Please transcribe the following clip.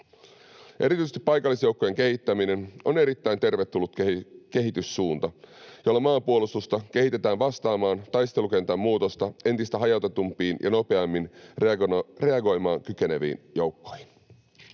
Erityisesti paikallisjoukkojen kehittäminen on erittäin tervetullut kehityssuunta, jolla maanpuolustusta kehitetään vastaamaan taistelukentän muutosta entistä hajautetumpiin ja nopeammin reagoimaan kykeneviin joukkoihin.